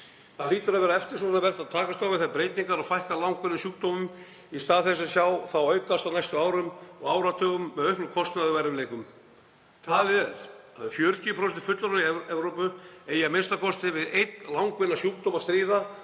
Það hlýtur að vera eftirsóknarvert að takast á við þær breytingar og fækka langvinnum sjúkdómum í stað þess að sjá þá aukast á næstu árum og áratugum með auknum kostnaði og erfiðleikum. Talið er að um 40% fullorðinna í Evrópu eigi að minnsta kosti við einn langvinnan sjúkdóm að stríða